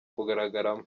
kugaragaramo